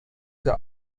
der